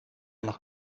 noch